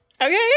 Okay